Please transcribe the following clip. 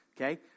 okay